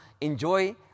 enjoy